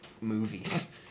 movies